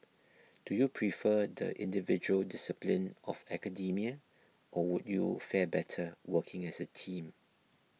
do you prefer the individual discipline of academia or would you fare better working as a team